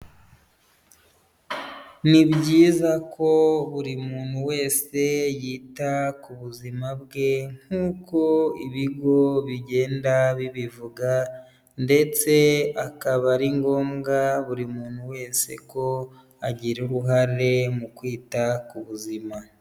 Ni byiza ko buri muntu wese yita ku buzima bwe nk'uko ibigo bigenda bibivuga ndetse akaba ari ngombwa buri muntu wese ko agira uruhare mu kwita ku buzima.